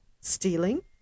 stealing